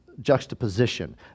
juxtaposition